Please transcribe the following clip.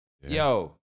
Yo